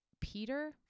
Peter